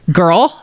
girl